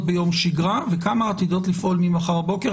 בשגרה וכמה עתידות לפעול ממחר בבוקר?